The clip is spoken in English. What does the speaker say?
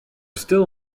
still